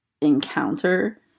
encounter